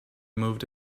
moved